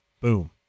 Boom